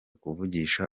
kuvugisha